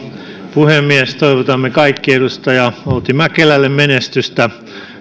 puhemies toivotamme kaikki edustaja outi mäkelälle menestystä